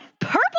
purple